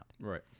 Right